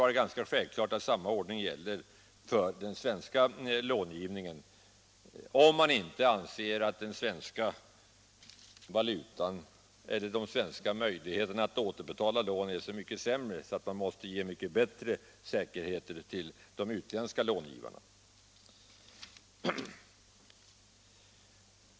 Samma ordning borde självklart gälla för den svenska lån — tioner m.m. givningen, om man inte anser att vårt lands möjligheter att återbetala lånen är så dåliga att vi måste ge de utländska långivarna bättre säkerhet.